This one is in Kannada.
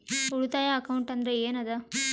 ಉಳಿತಾಯ ಅಕೌಂಟ್ ಅಂದ್ರೆ ಏನ್ ಅದ?